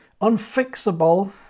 unfixable